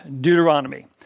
Deuteronomy